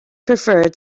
preferred